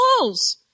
walls